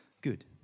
Good